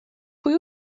pwy